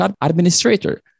administrator